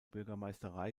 bürgermeisterei